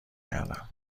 کردم